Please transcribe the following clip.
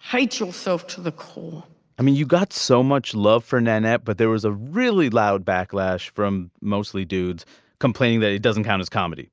hate yourself to the core i mean you got so much love for nanette but there was a really loud backlash from mostly dudes complaining that it doesn't count as comedy.